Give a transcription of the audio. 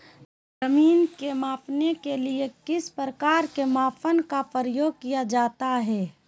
जमीन के मापने के लिए किस प्रकार के मापन का प्रयोग किया जाता है?